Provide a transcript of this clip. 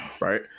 right